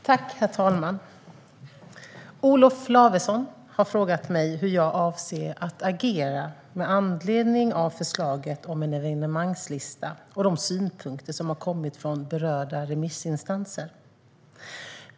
Herr talman! Olof Lavesson har frågat mig hur jag avser att agera med anledning av förslaget om en evenemangslista och de synpunkter som har kommit från berörda remissinstanser.